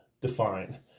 define